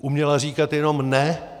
Uměla říkat jenom ne.